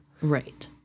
Right